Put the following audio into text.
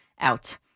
out